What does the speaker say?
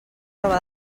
roba